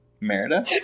Merida